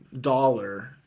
dollar